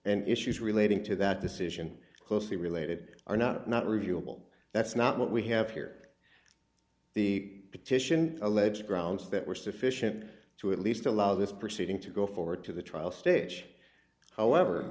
and issues relating to that decision closely related are not not reviewable that's not what we have here the petition alleged grounds that were sufficient to at least allow this proceeding to go forward to the trial stage however